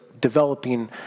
developing